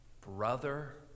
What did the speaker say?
Brother